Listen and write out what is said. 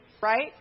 right